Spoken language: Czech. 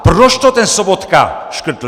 Proč to ten Sobota škrtl?